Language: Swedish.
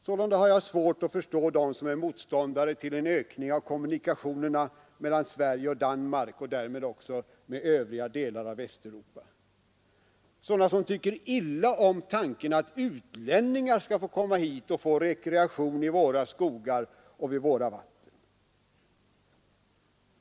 Sålunda har jag svårt att förstå dem som är motståndare till en ökning av kommunikationerna mellan Sverige och Danmark och därmed också med övriga delar av Västeuropa, sådana som tycker illa om tanken att utlänningar skall få komma hit och få rekreation i våra skogar och vid våra vatten.